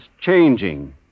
changing